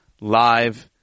live